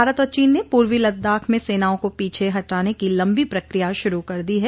भारत और चीन ने पूर्वी लद्दाख में सेनाओं को पीछे हटाने की लंबी प्रक्रिया शुरू कर दी है